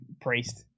priest